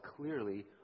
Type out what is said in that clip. clearly